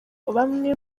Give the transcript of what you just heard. bamwe